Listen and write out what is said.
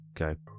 Okay